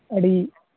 ᱟᱹᱰᱤ